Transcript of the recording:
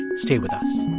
stay with us